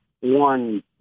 one